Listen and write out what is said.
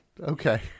Okay